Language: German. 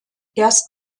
erst